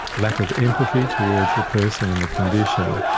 lack of empathy towards the person and the condition,